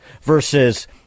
versus